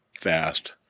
fast